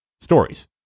stories